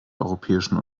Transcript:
europäischen